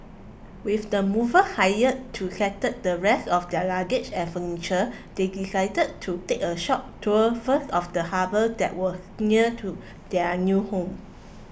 with the movers hired to settle the rest of their luggage and furniture they decided to take a short tour first of the harbour that was near to their new home